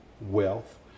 wealth